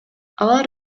алар